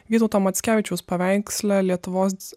vytauto mackevičiaus paveiksle lietuvos